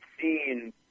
seen